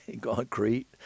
concrete